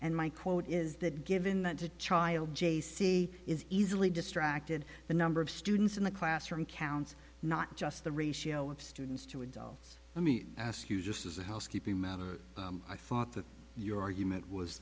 and my quote is that given that the child j c is easily distracted the number of students in the classroom counts not just the ratio of students to adults let me ask you just as a housekeeping matter i thought that your argument was